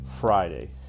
Friday